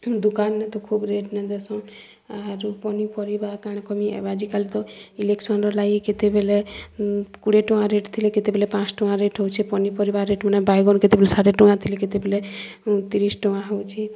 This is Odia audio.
ହୁଁ ଦୁକାନ୍ରେ ତ ଖୋବ୍ ରେଟ୍ ନେ ଦେସନ୍ ଆରୁ ପନିପରିବା କା'ଣା କମି ଆଏବା ଯେ କାଲି ତ ଇଲେକ୍ସନ୍ର ଲାଗି କେତେବେଲେ କୁଡ଼ିଏ ଟଙ୍କା ରେଟ୍ ଥିଲେ କେତେବେଲେ ପାଞ୍ଚ୍ ଟଙ୍କା ରେଟ୍ ହେଉଛେ ପନିପରିବା ରେଟ୍ ମାନେ ବାଇଗଣ୍ କେତେବେଲେ ଷାଠିଏ ଟଙ୍କା ଥିଲେ କେତେବେଲେ ତିରିଶ୍ ଟଙ୍କା ହେଉଛେ